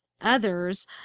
others